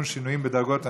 שינויים בדרגת הנכות),